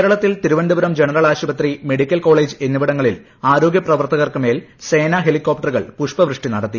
കേരളത്തിൽ തിരുവനന്തപുരം ജനറൽ ആശുപത്രി medical college എന്നിവിടങ്ങളിൽ ആരോഗ്യപ്രവർത്തകർക്ക് മേൽ സേനാ ഹെലികോപ്ടറുകൾ പുഷ്പവൃഷ്ടി നടത്തി